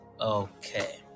Okay